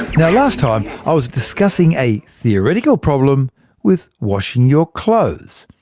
now last time, i was discussing a theoretical problem with washing your clothes.